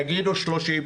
תגידו 30,